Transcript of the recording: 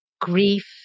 grief